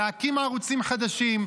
להקים ערוצים חדשים.